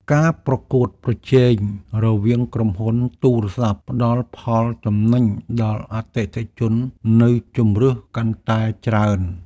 ការប្រកួតប្រជែងរវាងក្រុមហ៊ុនទូរស័ព្ទ ផ្តល់ផលចំណេញដល់អតិថិជននូវជម្រើសកាន់តែច្រើន។